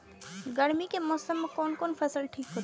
गर्मी के मौसम में कोन कोन फसल ठीक होते?